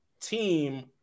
team